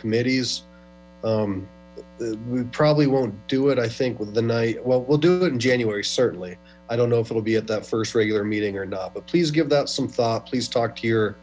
committees probably won't do it i think with the night well we'll do that in january certainly i don't know if it'll be at that first regular meeting or not but please give that some thought please talk to your